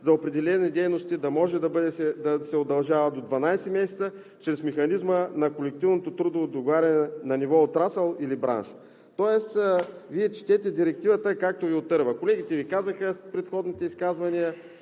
за определени дейности да може да се удължава до 12 месеца чрез механизма на колективното трудово договаряне на ниво отрасъл или бранш. Тоест Вие четете директивата, както Ви отърва. Колегите Ви казаха в предходните изказвания,